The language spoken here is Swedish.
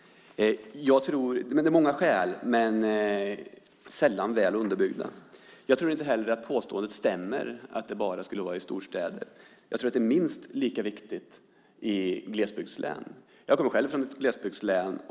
Det finns många skäl, men de är sällan väl underbyggda. Jag tror inte heller att påståendet att det bara skulle fungera i storstäder stämmer. Det är minst lika viktigt i glesbygdslän. Jag kommer själv från ett glesbygdslän.